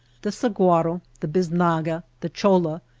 the sahuaro, the bisnaga, the choua,